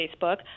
Facebook